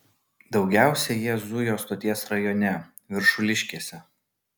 daugiausiai jie zuja stoties rajone viršuliškėse